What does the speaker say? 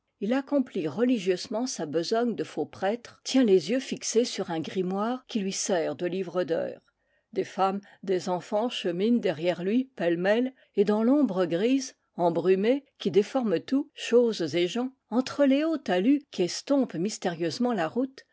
il accomplit religieusement sa besogne de faux prêtre tient les yeux fixés sur un grimoire qui lui sert de livre d'heures des femmes des enfants cheminent derrière lui pêle-mêle et dans l'ombre grise embrumée qui déforme tout choses et gens entre les hauts talus qui estompent mystérieuse ment la route